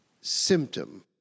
symptom